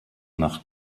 nach